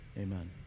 amen